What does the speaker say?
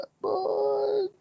boy